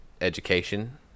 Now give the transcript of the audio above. education